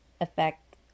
affect